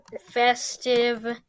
festive